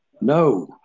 No